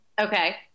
Okay